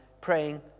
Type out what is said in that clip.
praying